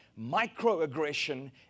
Microaggression